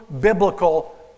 biblical